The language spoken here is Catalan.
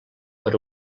per